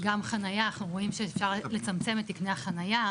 גם חניה אנחנו רואים שאפשר לצמצם את תקני החניה,